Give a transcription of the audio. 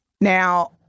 Now